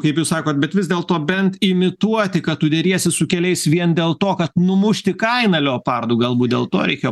kaip jūs sakote bet vis dėlto bent imituoti kad tu deriesi su keliais vien dėl to kad numušti kainą leopardų galbūt dėl to reikėjo